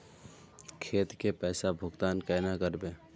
खेत के पैसा भुगतान केना करबे?